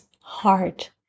heart